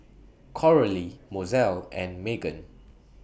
Coralie Mozelle and Magen